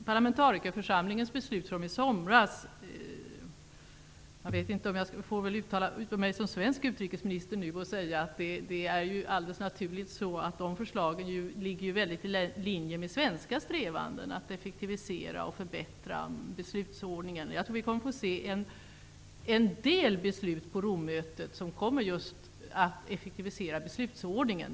Jag får väl uttala mig som svensk utrikesminister och säga att parlamentarikerförsamlingens förslag från i somras ligger i linje med svenska strävanden att effektivisera och förbättra beslutsordningen. Jag tror att en del beslut på Rommötet kommer att effektivisera just beslutsordningen.